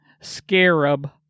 scarab